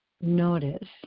notice